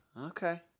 Okay